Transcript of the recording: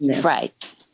Right